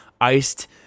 iced